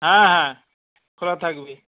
হ্যাঁ হ্যাঁ খোলা থাকবে